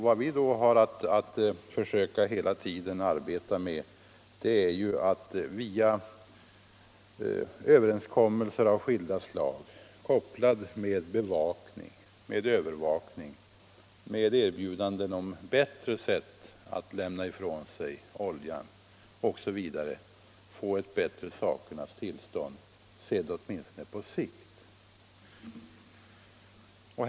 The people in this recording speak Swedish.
Vad vi hela tiden skall försöka arbeta för är därför att via överenskommelser av skilda slag, kopplade med övervakning, erbjudande om bättre sätt att lämna ifrån sig oljan osv., söka få ett bättre sakernas tillstånd, åtminstone sett på längre sikt.